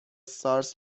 سارس